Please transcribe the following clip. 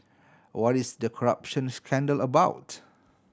what is the corruption scandal about